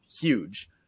huge